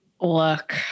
Look